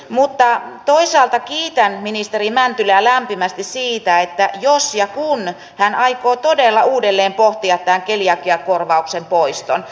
mutta toisaalta kiitän ministeri mäntylää lämpimästi siitä jos ja kun hän aikoo todella uudelleen pohtia tämän keliakiakorvauksen poiston